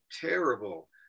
terrible